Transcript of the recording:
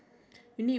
hug